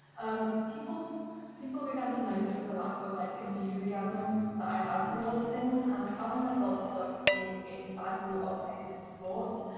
um people people began to notice the lack of like enthusiasm that i had towards things, and i found myself stuck in a cycle of negative thoughts,